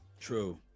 True